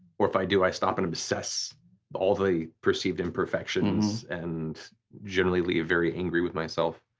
or if i do i stop and obsess all the perceived imperfections and generally leave very angry with myself.